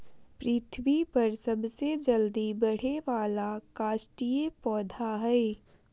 पृथ्वी पर सबसे जल्दी बढ़े वाला काष्ठिय पौधा हइ